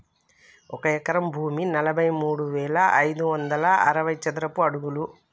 ఒక ఎకరం భూమి నలభై మూడు వేల ఐదు వందల అరవై చదరపు అడుగులు